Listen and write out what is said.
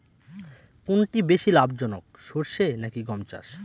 কোনটি বেশি লাভজনক সরষে নাকি গম চাষ?